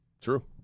True